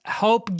help